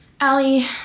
Allie